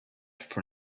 for